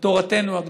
לתורתנו הקדושה.